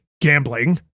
gambling